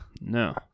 No